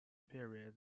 periods